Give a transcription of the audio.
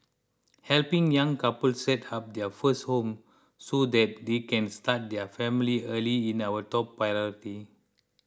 helping young couples set up their first home so that they can start their family early is our top priority